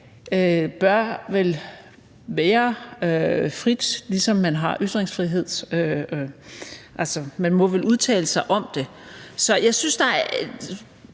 bør vel være frit, ligesom man har ytringsfrihed. Altså, man må vel udtale sig om det. Så jeg synes,